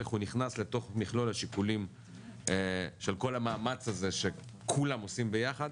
איך הוא נכנס לתוך מכלול השיקולים של כל המאמץ הזה שכולם עושים ביחד,